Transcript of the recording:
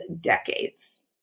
decades